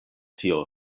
tio